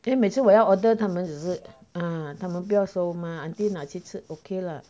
因为每次我要 order 他们只是啊他们不要收吗 auntie 拿去吃 okay lah